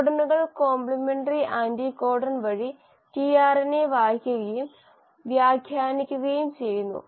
കോഡണുകൾ complementary anticodon വഴി tRNA വായിക്കുകയും വ്യാഖ്യാനിക്കുകയും ചെയ്യുന്നു